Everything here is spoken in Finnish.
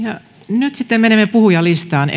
nyt sitten menemme puhujalistaan